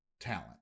talent